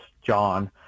John